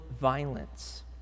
violence